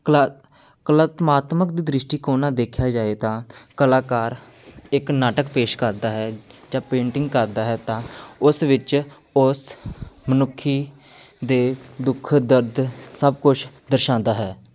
ਕਲਾ ਕਲਾਤਮਕ ਦੇ ਦ੍ਰਿਸ਼ਟੀਕੋਣ ਨਾਲ ਦੇਖਿਆ ਜਾਵੇ ਤਾਂ ਕਲਾਕਾਰ ਇੱਕ ਨਾਟਕ ਪੇਸ਼ ਕਰਦਾ ਹੈ ਜਾਂ ਪੇਂਟਿੰਗ ਕਰਦਾ ਹੈ ਤਾਂ ਉਸ ਵਿੱਚ ਉਸ ਮਨੁੱਖੀ ਦੇ ਦੁੱਖ ਦਰਦ ਸਭ ਕੁਛ ਦਰਸਾਉਂਦਾ ਹੈ